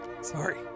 sorry